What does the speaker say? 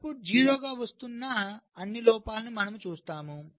output 0 గా వస్తున్న అన్ని లోపాలను మనము చూస్తాము